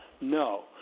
No